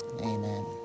Amen